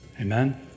Amen